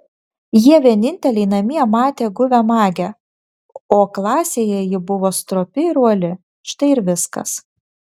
jie vieninteliai namie matė guvią magę o klasėje ji buvo stropi ir uoli štai ir viskas